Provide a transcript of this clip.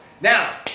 Now